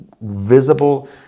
visible